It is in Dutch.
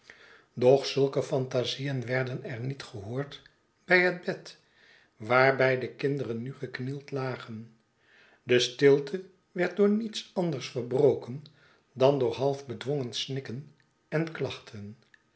doch zulke fantazie'n werden er nietgehoord bij het bed waarbij de kinderen nu geknield lagen de stilte werd door niets anders verbroken dan door half bedwongen snikken en klachten